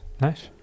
Nice